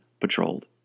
patrolled